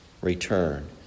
return